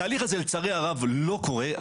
לצערי הרב, התהליך הזה לא קורה.